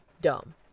dumb